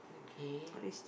okay